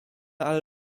ale